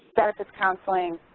benefits counseling,